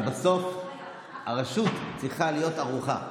אבל בסוף הרשות צריכה להיות ערוכה.